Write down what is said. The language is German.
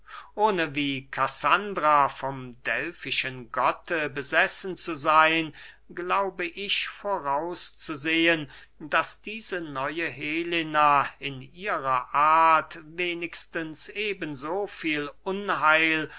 ohne wie kassandra vom delfischen gotte besessen zu seyn glaube ich voraus zu sehen daß diese neue helena in ihrer art wenigstens eben so viel unheil